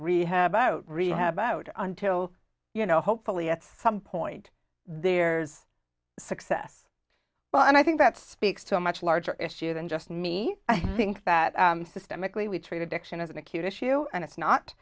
rehab rehab rehab out until you know hopefully at some point there's success well and i think that speaks to a much larger issue than just me i think that systemically we treat addiction as an acute issue and it's not